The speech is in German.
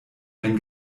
ein